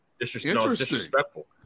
disrespectful